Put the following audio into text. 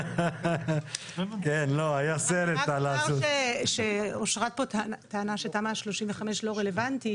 אני רק אומר שאושרת פה טענה שתמ"א 35 לא רלבנטית.